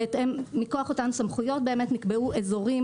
מכוח אותן סמכויות באמת נקבעו אזורים